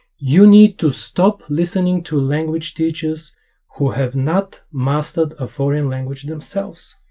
you need to stop listening to language teachers who have not mastered a foreign language themselves